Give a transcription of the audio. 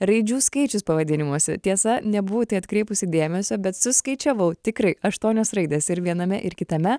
raidžių skaičius pavadinimuose tiesa nebuvau atkreipusi dėmesio bet suskaičiavau tikrai aštuonios raidės ir viename ir kitame